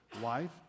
wife